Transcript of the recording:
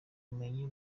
ubumenyi